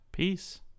Peace